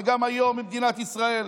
וגם היום מדינת ישראל